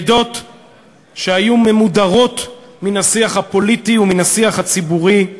עדות שהיו ממודרות מן השיח הפוליטי ומן השיח הציבורי,